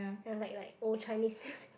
and like like old Chinese music